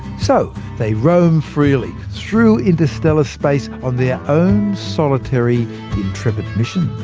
so, they roam freely through interstellar space, on their own solitary intrepid missions.